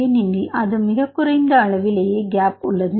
ஏனெனில் அது மிகக் குறைந்த அளவிலேயே கேப் உள்ளது